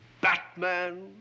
Batman